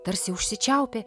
tarsi užsičiaupė